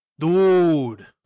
Dude